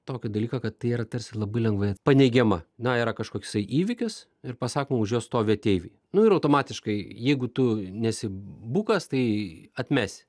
tokį dalyką kad tai yra tarsi labai lengvai paneigiama na yra kažkoksai įvykis ir pasakoma už jo stovi ateiviai nu ir automatiškai jeigu tu nesi bukas tai atmesi